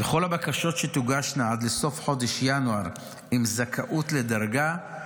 כך שגם לחייל המשרת במילואים לא אמורה להיות בעיה ברישום,